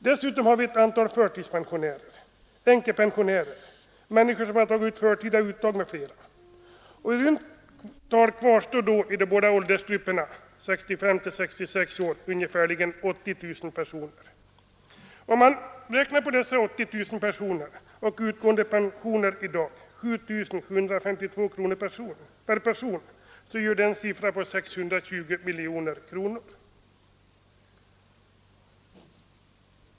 Dessutom finns ett antal förtidspensionärer, änkepensionärer, människor som gjort förtida uttag m.fl. I runt tal kvarstår därefter i de båda åldersgrupperna 65 och 66 år ungefär 80 000 personer. Om man räknar med en utgående pension av, som den är i dag, 7 752 kronor per person för dessa 80 000 människor skulle det göra en siffra på 620 miljoner kronor.